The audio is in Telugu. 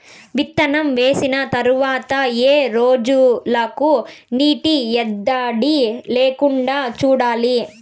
విత్తనం వేసిన తర్వాత ఏ రోజులకు నీటి ఎద్దడి లేకుండా చూడాలి?